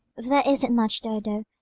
there isn't much, dodo.